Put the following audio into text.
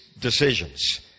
decisions